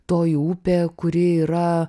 toji upė kuri yra